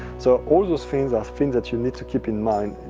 so all those things are things that you need to keep in mind.